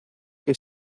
que